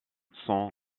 sont